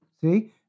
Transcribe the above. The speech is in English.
See